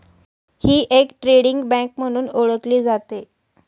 ही एक trading bank म्हणून ओळखली जाते